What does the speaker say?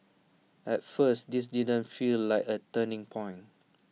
at first this didn't feel like A turning point